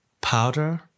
powder